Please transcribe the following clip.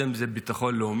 לא יודע אם זה ביטחון לאומי,